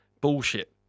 Bullshit